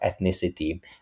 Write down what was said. ethnicity